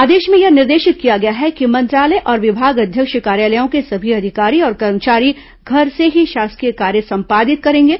आदेश में यह निर्देशित किया गया है कि मंत्रालय और विभागाध्यक्ष कार्यालयों के सभी अधिकारी और कर्मचारी घर से ही शासकीय कार्य संपादित करेंगे